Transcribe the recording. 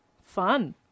Fun